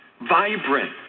vibrant